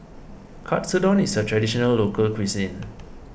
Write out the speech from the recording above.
Katsudon is a Traditional Local Cuisine